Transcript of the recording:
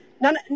none